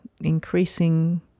increasing